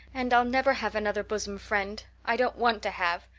and i'll never have another bosom friend i don't want to have.